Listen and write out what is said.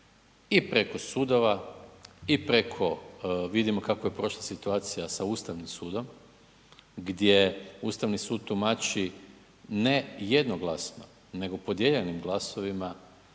i preko sudova i preko vidimo kako je prošla situacija sa Ustavnim sudom, gdje Ustavni sud tumači ne jednoglasno nego podijeljenim glasovima